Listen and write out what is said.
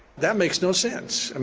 that makes no sense.